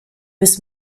bis